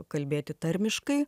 kalbėti tarmiškai